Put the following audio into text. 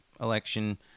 election